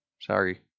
Sorry